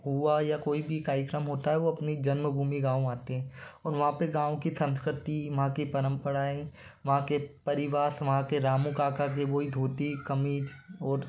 हुआ या कोई भी कार्यक्रम होता है वो अपनी जन्मभूमि गाँव आते हैं और वहाँ पे गाँव की संस्कृति माँ के परम्पराएँ माँ के परिवार के रामू काका के वही धोती कमीज और